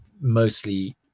mostly